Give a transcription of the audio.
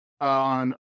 on